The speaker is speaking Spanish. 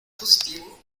positivo